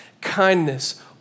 kindness